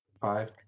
Five